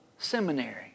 seminary